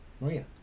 Maria